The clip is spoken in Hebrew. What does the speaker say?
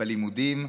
בלימודים,